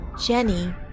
Jenny